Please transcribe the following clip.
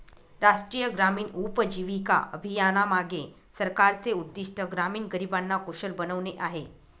राष्ट्रीय ग्रामीण उपजीविका अभियानामागे सरकारचे उद्दिष्ट ग्रामीण गरिबांना कुशल बनवणे आहे